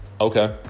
okay